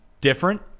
different